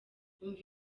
umva